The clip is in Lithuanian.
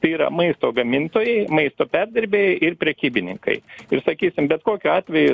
tai yra maisto gamintojai maisto perdirbėjai ir prekybininkai ir sakysim bet kokiu atveju